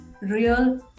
real